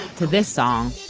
to this song